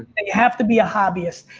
and you have to be a hobbyist.